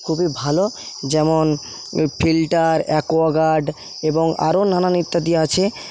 খুবই ভালো যেমন ফিল্টার অ্যাকোয়াগার্ড এবং আরো নানান ইত্যাদি আছে